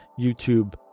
YouTube